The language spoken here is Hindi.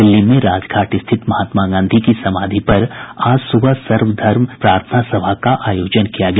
दिल्ली में राजघाट स्थित महात्मा गांधी की समाधि पर आज सुबह सर्वधर्म प्रार्थना सभा का आयोजन किया गया